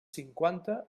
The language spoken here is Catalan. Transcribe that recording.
cinquanta